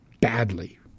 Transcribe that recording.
badly